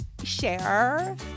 share